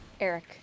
Eric